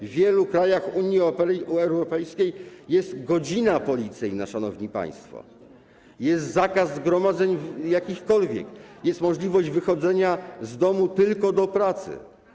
W wielu krajach Unii Europejskiej jest godzina policyjna, szanowni państwo, jest zakaz jakichkolwiek zgromadzeń, jest możliwość wychodzenia z domu tylko do pracy.